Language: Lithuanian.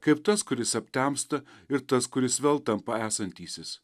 kaip tas kuris aptemsta ir tas kuris vėl tampa esantysis